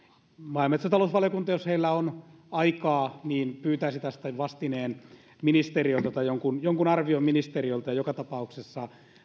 maa ja metsätalousvaliokunta jos heillä on aikaa pyytäisi tästä vastineen tai jonkun jonkun arvion ministeriöltä joka tapauksessa